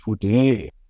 today